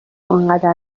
انقدر